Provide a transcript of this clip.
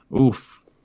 Oof